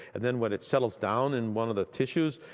and then when it settles down in one of the tissues,